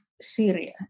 Syria